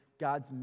God's